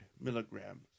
milligrams